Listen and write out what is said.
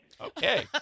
Okay